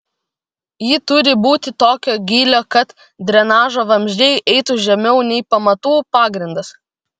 ji turi būti tokio gylio kad drenažo vamzdžiai eitų žemiau nei pamatų pagrindas